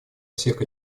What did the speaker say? всех